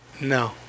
No